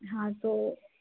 हाँ तो